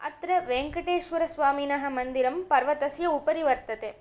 अत्र वेङ्कटेश्वरस्वामिनः मन्दिरं पर्वतस्य उपरि वर्तते